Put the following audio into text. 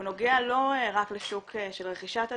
הוא נוגע לא רק לשוק של רכישת הדירות,